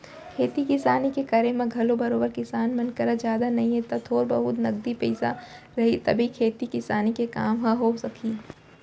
खेती किसानी के करे म घलौ बरोबर किसान मन करा जादा नई त थोर बहुत नगदी पइसा रही तभे खेती किसानी के काम ह हो सकही